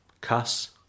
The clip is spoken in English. cuss